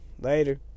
later